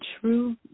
true